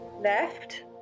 left